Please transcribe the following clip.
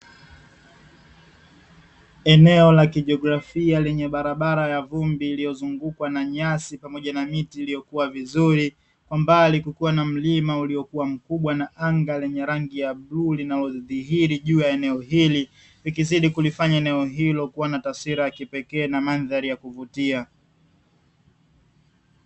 Eneo la kijeografia lenye barabara ya vumbi iliyozungukwa na nyasi pamoja na miti iliyokua vizuri, kwa mbali kukiwa na mlima uliokuwa mkubwa na anga lenye rangi ya bluu, linalodhihiri jua eneo hili, likizidi kulifanya eneo hili kuwa la kipekee na mandhari ya kuvutia.